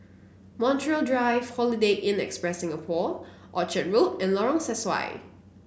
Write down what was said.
Montreal Drive Holiday Inn Express Singapore Orchard Road and Lorong Sesuai